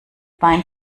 bein